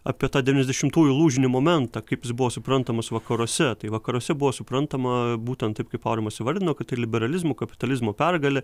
apie tą devyniasdešimtųjų lūžinį momentą kaip jis buvo suprantamas vakaruose tai vakaruose buvo suprantama būtent taip kaip aurimas įvardino kad tai liberalizmo kapitalizmo pergalė